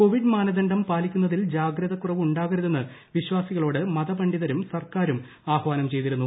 Covid മാനദണ്ഡം പാലിക്കുന്നതിൽ ജാഗ്രതക്കുറവ് ഉണ്ടാക്ടരുത്തെന്ന് വിശ്വാസികളോട് മതപണ്ഡിതരും സർക്കാരും ആഹ്വാനം ചെയ്തിരുന്നു